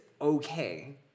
okay